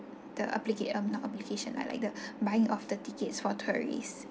the applica~ um not application lah like the buying of the tickets for tourists